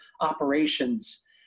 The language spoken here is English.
operations